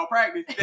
Practice